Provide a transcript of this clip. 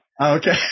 okay